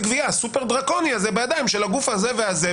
הגבייה הסופר דרקוני הזה בידיים של הגוף הזה והזה,